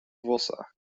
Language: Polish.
włosach